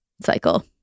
cycle